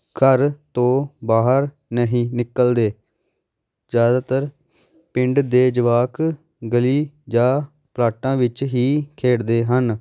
ਘਰ ਤੋਂ ਬਾਹਰ ਨਹੀਂ ਨਿਕਲਦੇ ਜ਼ਿਆਦਾਤਰ ਪਿੰਡ ਦੇ ਜਵਾਕ ਗਲੀ ਜਾਂ ਪਲਾਟਾਂ ਵਿੱਚ ਹੀ ਖੇਡਦੇ ਹਨ